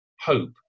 hope